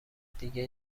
دیگه